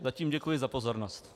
Zatím děkuji za pozornost.